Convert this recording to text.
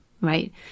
right